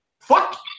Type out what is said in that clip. Fuck